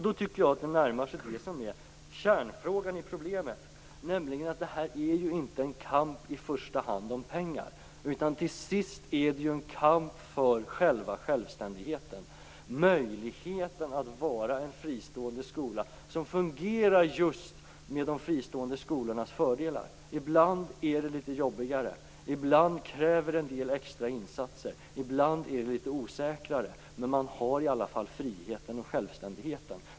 Då tycker jag att det närmar sig det som är kärnfrågan i problemet, nämligen att detta inte i första hand är en kamp om pengar utan att det till sist är en kamp för själva självständigheten, möjligheten att vara en fristående skola som fungerar just med de fristående skolornas fördelar. Ibland är det litet jobbigare, ibland kräver det en del extra insatser, ibland är det litet osäkrare, men man har i alla fall friheten och självständigheten.